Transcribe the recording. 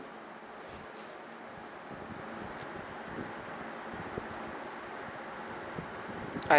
I